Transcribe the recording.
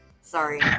Sorry